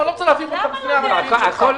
אני לא רוצה להביך אותך בפני החברים שלך.